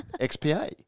XPA